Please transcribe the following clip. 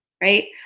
Right